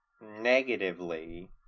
negatively